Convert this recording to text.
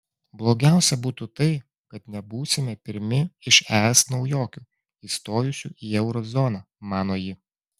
blogiausia būtų tai kad nebūsime pirmi iš es naujokių įstojusių į euro zoną mano ji